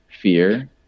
fear